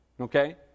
Okay